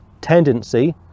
tendency